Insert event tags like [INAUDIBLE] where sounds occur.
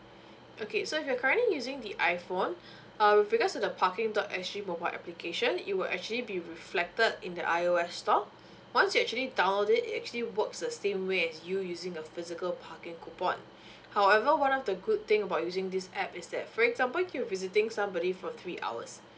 okay so if you're currently using the iphone uh with regards to the parking dot S G mobile application it will actually be reflected in the I_O_S store once you actually download it actually works the same way as you using the physical parking coupon [BREATH] however one of the good thing about using this app is that for example if you visiting somebody for three hours